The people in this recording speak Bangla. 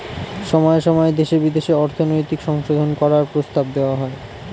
সময়ে সময়ে দেশে বিদেশে অর্থনৈতিক সংশোধন করার প্রস্তাব দেওয়া হয়